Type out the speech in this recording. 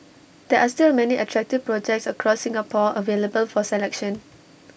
there are still many attractive projects across Singapore available for selection